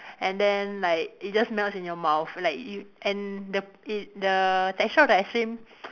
and then like it just melts in your mouth like you and the it the texture of the ice cream